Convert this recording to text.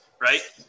right